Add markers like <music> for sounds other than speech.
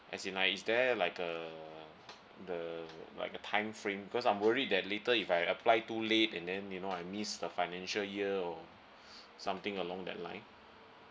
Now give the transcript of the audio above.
as in like is there like a the like a time frame because I'm worried that later if I apply too late and then you know I miss the financial year or <breath> something along that line